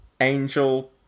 Angel